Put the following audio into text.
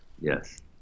Yes